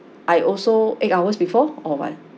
I also eight hours before or what